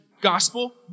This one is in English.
gospel